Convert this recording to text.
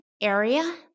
area